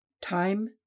Time